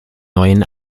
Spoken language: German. neuen